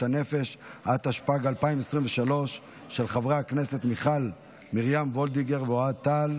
הנפש של חברי הכנסת מיכל וולדיגר ואוהד טל.